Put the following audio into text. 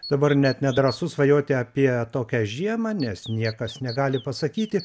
dabar net nedrąsu svajoti apie tokią žiemą nes niekas negali pasakyti